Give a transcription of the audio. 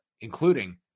including